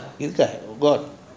இறுகிய:irukey got